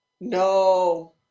No